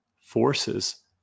forces